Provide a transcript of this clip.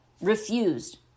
refused